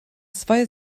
zwei